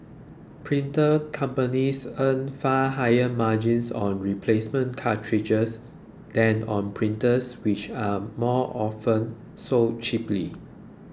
printer companies earn far higher margins on replacement cartridges than on printers which are often sold cheaply